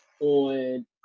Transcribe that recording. on